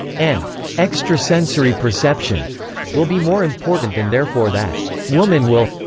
and extrasensory perception will be more important and therefore that woman will.